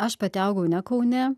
aš pati augau ne kaune